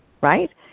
right